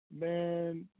Man